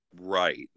Right